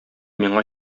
миңа